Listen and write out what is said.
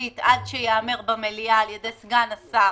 תקציבית עד שייאמר במליאה על-ידי סגן השר